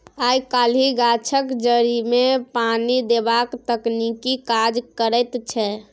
आय काल्हि गाछक जड़िमे पानि देबाक तकनीक काज करैत छै